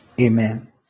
Amen